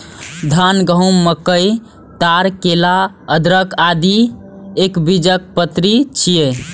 धान, गहूम, मकई, ताड़, केला, अदरक, आदि एकबीजपत्री छियै